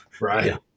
Right